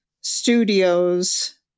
studios